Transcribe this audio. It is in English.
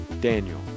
Daniel